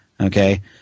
okay